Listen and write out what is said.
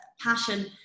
passion